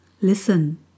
listen